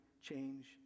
change